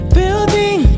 building